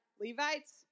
Levites